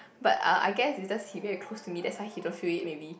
but uh I guess is just he very close to me that's why he don't feel it maybe